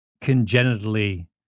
congenitally